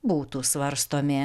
būtų svarstomi